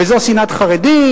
וזו שנאת חרדים,